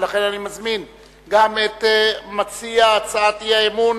ולכן אני מזמין גם את מציע הצעת האי-אמון